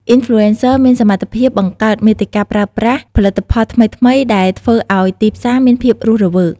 អុីនផ្លូអេនសឹ មានសមត្ថភាពបង្កើតមាតិការប្រើប្រាស់ផលិតផលថ្មីៗ ដែលធ្វើឲ្យទីផ្សារមានភាពរស់រវើក។